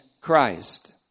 Christ